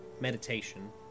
meditation